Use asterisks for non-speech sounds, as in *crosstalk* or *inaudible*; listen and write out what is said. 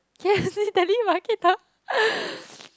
can I say telemarketer *laughs*